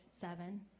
seven